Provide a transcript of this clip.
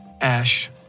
Ash